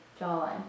jawline